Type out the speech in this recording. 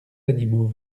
animaux